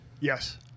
yes